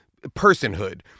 personhood